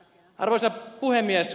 arvoisa puhemies